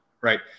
right